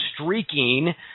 streaking